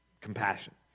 compassion